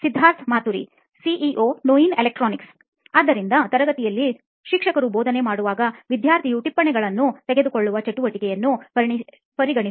Siddharth Maturi CEO ನೋಯಿನ್ electronics ಆದ್ದರಿಂದ ತರಗತಿಯಲ್ಲಿ ಶಿಕ್ಷಕರು ಬೋಧನೆ ಮಾಡುವಾಗ ವಿದ್ಯಾರ್ಥಿಯು ಟಿಪ್ಪಣಿಗಳನ್ನು ತೆಗೆದುಕೊಳ್ಳುವ ಚಟುವಟಿಕೆಯನ್ನು ಪರಿಗಣಿಸೋಣ